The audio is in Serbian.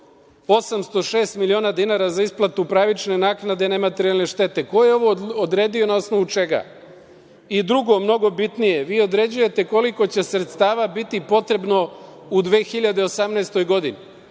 806 miliona dinara za isplatu pravične naknade, nematerijalne štete. Ko je ovo odredio i na osnovu čega? Drugo, mnogo bitnije, vi određujete koliko će sredstava biti potrebno u 2018. godini.